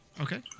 Okay